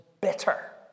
bitter